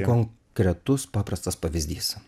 konkretus paprastas pavyzdys